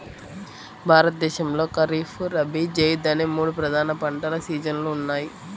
భారతదేశంలో ఖరీఫ్, రబీ, జైద్ అనే మూడు ప్రధాన పంటల సీజన్లు ఉన్నాయి